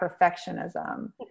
perfectionism